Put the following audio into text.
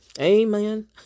Amen